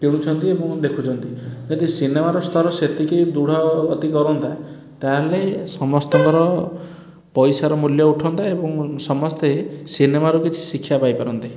କିଣୁଛନ୍ତି ଏବଂ ଦେଖୁଛନ୍ତି ଯଦି ସିନେମାର ସ୍ତର ସେତିକି ଦୃଢ଼ ଗତି କରନ୍ତା ତା'ହେଲେ ସମସ୍ତଙ୍କର ପଇସାର ମୂଲ୍ୟ ଉଠନ୍ତା ଏବଂ ସମସ୍ତେ ସିନେମାରୁ କିଛି ଶିକ୍ଷା ପାଇ ପାରନ୍ତେ